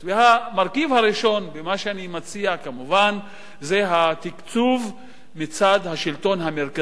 והמרכיב הראשון במה שאני מציע זה כמובן התקצוב מצד השלטון המרכזי,